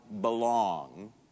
belong